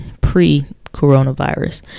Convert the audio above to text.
pre-coronavirus